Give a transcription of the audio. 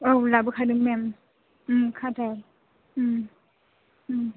औ लाबोखादों मेम उम खाथा उम उम